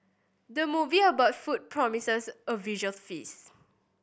the movie about food promises a visual feast